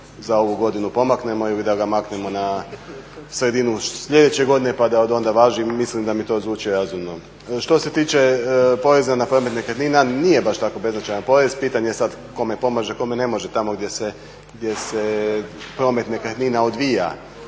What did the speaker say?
za ovu godinu pomaknemo ili da ga maknemo na sredinu sljedeće godine, pa da odonda važi. Mislim da mi to zvuči razumno. Što se tiče poreza na promet nekretnina nije baš tako beznačajan porez, pitanje je sad kome pomaže, kome ne može, tamo gdje se promet nekretnina odvija,